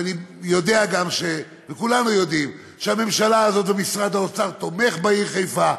ואני יודע גם וכולנו יודעים שהממשלה הזאת ומשרד האוצר תומך בעיר חיפה,